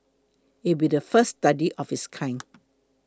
it will be the first study of its kind